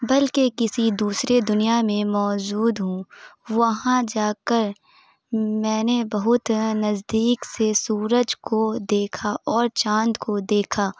بلکہ کسی دوسرے دنیا میں موجود ہوں وہاں جا کر میں نے بہت نزدیک سے سورج کو دیکھا اور چاند کو دیکھا